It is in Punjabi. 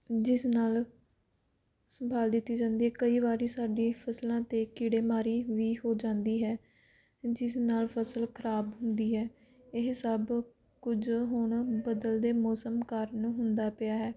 ਜਿਸ ਨਾਲ ਸੰਭਾਲ ਦਿੱਤੀ ਜਾਂਦੀ ਕਈ ਵਾਰੀ ਸਾਡੀ ਫਸਲਾਂ 'ਤੇ ਕੀੜੇ ਮਾਰੀ ਵੀ ਹੋ ਜਾਂਦੀ ਹੈ ਜਿਸ ਨਾਲ ਫਸਲ ਖਰਾਬ ਹੁੰਦੀ ਹੈ ਇਹ ਸਭ ਕੁਝ ਹੁਣ ਬਦਲਦੇ ਮੌਸਮ ਕਾਰਨ ਹੁੰਦਾ ਪਿਆ ਹੈ